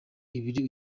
ibiri